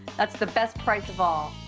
that's the best price of all.